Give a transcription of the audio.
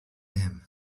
him